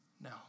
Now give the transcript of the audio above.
No